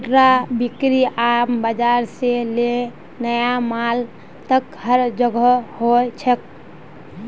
खुदरा बिक्री आम बाजार से ले नया मॉल तक हर जोगह हो छेक